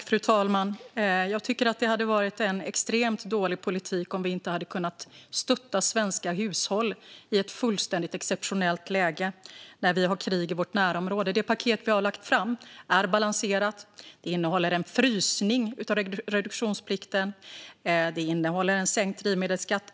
Fru talman! Jag tycker att det hade varit en extremt dålig politik om vi inte hade kunnat stötta svenska hushåll i ett fullständigt exceptionellt läge, när vi har krig i vårt närområde. Det paket vi har lagt fram är balanserat. Det innehåller en frysning av reduktionsplikten. Det innehåller en sänkt drivmedelsskatt.